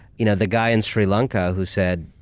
you know the guy in sri lanka who said,